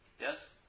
yes